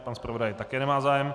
Pan zpravodaj také nemá zájem.